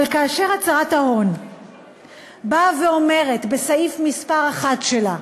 אבל כאשר הצעת החוק באה ואומרת בסעיף מס' 1 שלה: